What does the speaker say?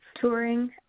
touring